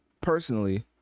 personally